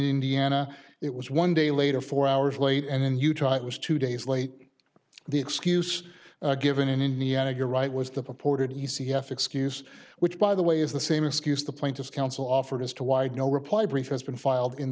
indiana it was one day later four hours late and in utah it was two days late the excuse given in indiana you're right was the purported e c f excuse which by the way is the same excuse the plaintiff's counsel offered as to why no reply brief has been filed in